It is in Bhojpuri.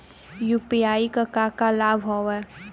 यू.पी.आई क का का लाभ हव?